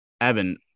Evan